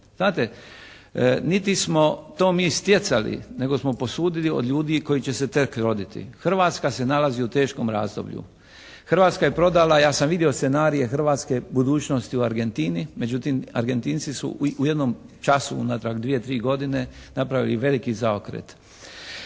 Znate, niti smo to mi stjecali nego smo posudili od ljudi koji će se tek roditi. Hrvatska se nalazi u teškom razdoblju. Hrvatska je prodala ja sam vidio scenarije hrvatske budućnosti u Argentini, međutim Argentinci su u jednom času unatrag dvije, tri godine napravili veliki zaokret.